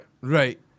Right